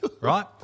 right